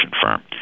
firm